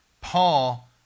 Paul